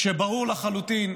כשברור לחלוטין,